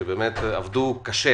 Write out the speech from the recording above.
שבאמת עבדו קשה